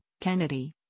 Kennedy